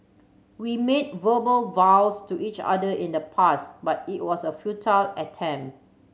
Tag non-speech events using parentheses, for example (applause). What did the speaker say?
we made verbal vows to each other in the past but it was a futile (unintelligible)